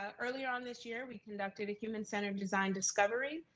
ah early on this year, we conducted a human centered design discovery.